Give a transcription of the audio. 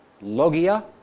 logia